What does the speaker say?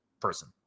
person